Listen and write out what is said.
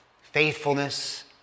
faithfulness